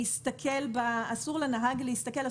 אסור לנהג להסתכל,